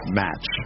match